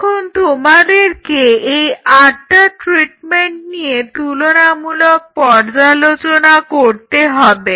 এখন তোমাদেরকে এই আটটা ট্রিটমেন্ট নিয়ে তুলনামূলক পর্যালোচনা করতে হবে